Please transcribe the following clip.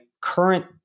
current